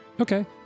okay